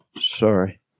sorry